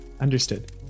Understood